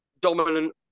dominant